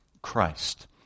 Christ